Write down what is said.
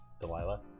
Delilah